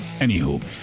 anywho